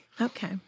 Okay